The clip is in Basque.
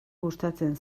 gustatzen